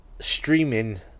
streaming